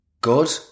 Good